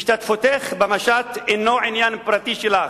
השתתפותך במשט אינו עניין פרטי שלך.